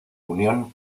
unión